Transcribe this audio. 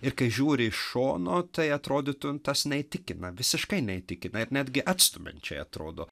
ir kai žiūri iš šono tai atrodytų tas neįtikina visiškai neįtikina ir netgi atstumiančiai atrodo